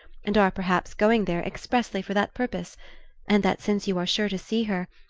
and are perhaps going there expressly for that purpose and that, since you are sure to see her,